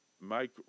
make